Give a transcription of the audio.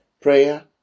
Prayer